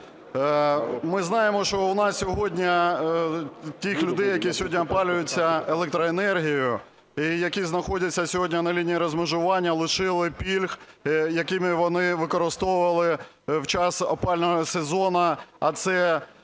Ми знаємо, що у нас сьогодні у тих людей, які опалюються електроенергією і які знаходяться сьогодні на лінії розмежування, лишили пільг, які вони використовували в час опалювального сезону, а це